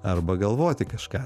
arba galvoti kažką